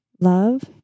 love